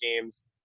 games